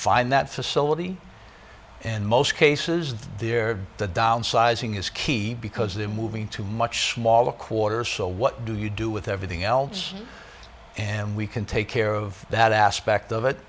find that facility and most cases they're the downsizing is key because they're moving to much smaller quarters so what do you do with everything else and we can take care of that aspect of it